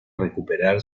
recuperar